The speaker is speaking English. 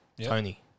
Tony